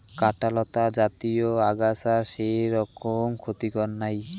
কাঁটালতা জাতীয় আগাছা সেরকম ক্ষতিকর নাই